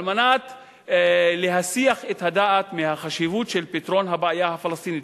על מנת להסיח את הדעת מהחשיבות של פתרון הבעיה הפלסטינית,